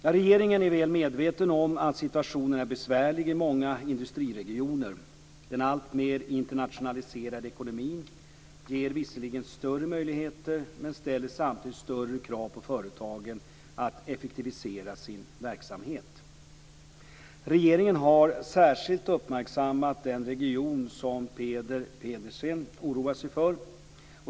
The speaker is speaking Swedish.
Regeringen är väl medveten om att situationen är besvärlig i många industriregioner. Den alltmer internationaliserade ekonomin ger visserligen större möjligheter, men ställer samtidigt större krav på företagen att effektivisera sin verksamhet. Regeringen har särskilt uppmärksammat den region som Peter Pedersen oroar sig för.